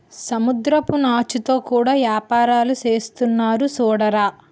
సముద్రపు నాచుతో కూడా యేపారాలు సేసేస్తున్నారు సూడరా